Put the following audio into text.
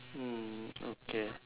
mm okay